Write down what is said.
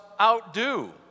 outdo